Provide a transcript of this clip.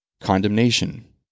Condemnation